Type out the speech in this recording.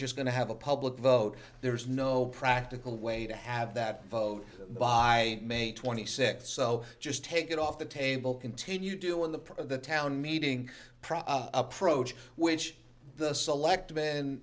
just going to have a public vote there's no practical way to have that vote by may twenty sixth so just take it off the table continue doing the part of the town meeting approach which the select